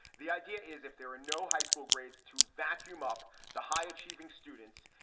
the idea is, if there are no high school grades to vacuum up the high achieving students,